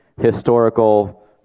historical